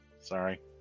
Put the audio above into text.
Sorry